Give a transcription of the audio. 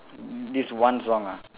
this one song ah